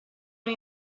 non